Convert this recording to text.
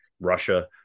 russia